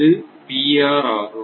இது ஆகும்